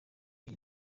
iyo